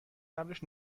قبلش